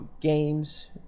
Games